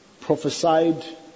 prophesied